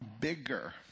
bigger